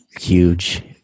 Huge